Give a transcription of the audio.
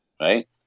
right